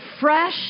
fresh